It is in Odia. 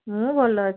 ମୁଁ ଭଲ ଅଛି